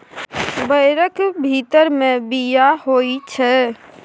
बैरक भीतर मे बीया होइ छै